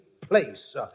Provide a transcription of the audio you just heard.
place